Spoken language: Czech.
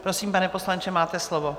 Prosím, pane poslanče, máte slovo.